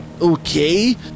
Okay